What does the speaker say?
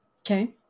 Okay